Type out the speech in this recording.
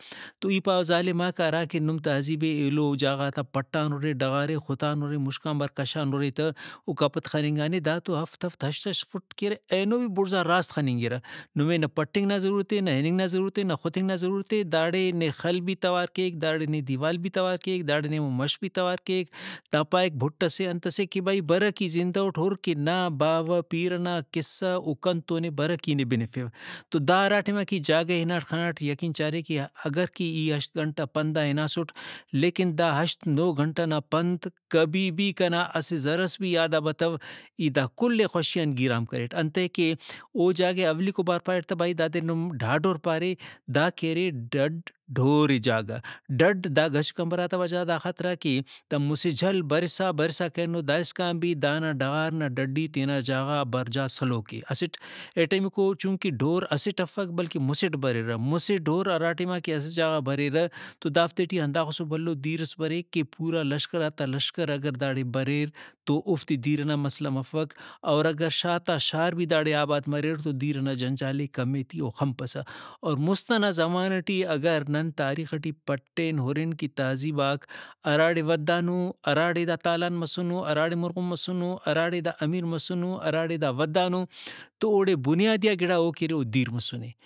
تو ای پاوہ ظالماک ہراکہ نم تہذیب ئے ایلو جاگہ غاتان پٹانرے ڈغارے خُتانرے مُشک آن بار کشانُرے تہ اوکا پد خننگانے دا تو ہفت ہفت ہشت ہشت فٹ کہ ارے اینو بھی بُڑزا راست خننگرہ نمے نہ پٹنگ نا ضرورت اے نہ اِننگ نا ضرورت نہ خُتنگ نا ضرورت اے داڑے نے خل بھی توار کیک داڑے نے دیوال بھی توار کیک داڑے نے ہمو مش بھی توار کیک دا پائک بُٹ سے انت سے کہ بھئی برک ای زندہ اُٹ ہُر کہ نا باوہ پیرہ نا قصہ او کنتونے برک ای نے بنفو۔ تو دا ہراٹیما کہ جاگہ ئے ہناٹ خناٹ ای یقین چارے کہ اگر کہ ای ہشت گھنٹہ پندا ہناسٹ لیکن دا ہشت نہہ گھنٹہ نا پند کبھی بھی کنا اسہ زرس بھی یادا بتو ای دا کل ئے خوشی آن گیرام کریٹ ۔انتئے کہ او جاگہ ئے اولیکو بار پاریٹ تہ بھئی دادے نم ڈھاڈور پارے دا کہ ارے ڈڈ ڈھور ئے جاگہ ڈڈ دا گھچ کمبراتا وجہ غادا خاطران کہ دا مسہ جھل برسا برسا کرینو دائسکان بھی دانا ڈغار نا ڈڈی تینا جاگہ غا برجا سلوک اے ۔اسٹ ارٹمیکو چونکہ ڈھور اسٹ افک بلکہ مُسٹ بریرہ۔ مُسہ ڈھور ہراٹیما کہ اسہ جاگہ غا بریرہ تو دافتے ٹی ہنداخسو بھلو دیرس بریک کہ پورا لشکراتا لشکراک ہنداڑے بریر تو اوفتے دیر ئنا مسئلہ مفک اور اگہ شار تا شار بھی داڑے آباد مریر تو دیر ئنا جنجال ئے کمیتی او خنپسہ اور مُست ئنا زمانہ ٹی اگر نن تاریخ ٹی پٹین ہُرن کہ تہذیباک ہراڑے ودھانو ہراڑے دا تالان مسنو ہراڑے مُرغن مسنو ہراڑے دا امیر مسنو ہراڑے دا ودھانو تو اوڑے بنیادیئا گڑا او کہ ارے او دیر مسُنے